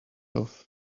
off